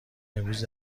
امروز